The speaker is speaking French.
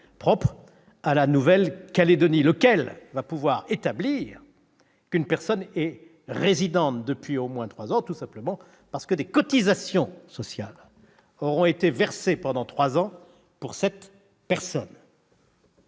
propre à la Nouvelle-Calédonie, lequel va pouvoir établir qu'une personne est résidente depuis au moins trois ans, tout simplement parce que des cotisations sociales auront été versées pendant cette période.